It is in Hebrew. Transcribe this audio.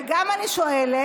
וגם אני שואלת,